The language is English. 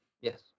Yes